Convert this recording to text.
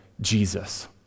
Jesus